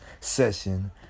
session